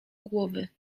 głowy